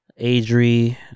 adri